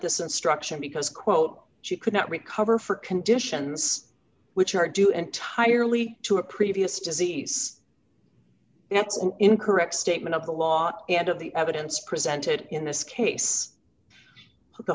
this instruction because quote she could not recover for conditions which are due entirely to a previous disease an incorrect statement of the law and of the evidence presented in this case the